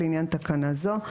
לעניין תקנה זו,